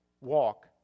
walk